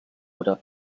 obra